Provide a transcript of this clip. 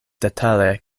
detale